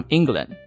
England